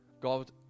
God